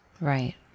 Right